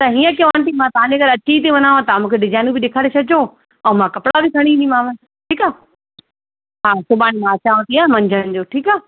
त हीअं कयो आंटी मां तव्हांजे घरु अची थी वञांव ता मूंखे डिजाइनियूं बि ॾेखारे छॾिजो ऐं मां कपिड़ा बि खणी ईंदी मांव ठीकु आहे हा सुभाणे मां अचांव थी मंझंनि जो ठीकु आहे